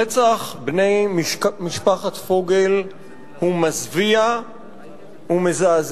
רצח בני משפחת פוגל הוא מזוויע ומזעזע.